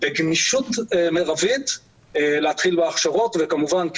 בגמישות מרבית להתחיל בהכשרות וכמובן,